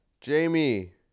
Jamie